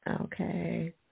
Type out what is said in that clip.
Okay